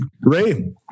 Ray